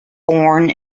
born